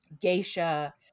geisha